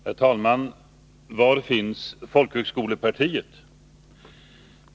Herr talman! Var finns folkhögskolepartiet?